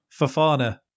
Fafana